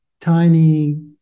tiny